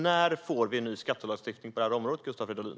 När får vi en ny skattelagstiftning på detta område, Gustav Fridolin?